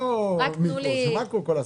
זה מקרו.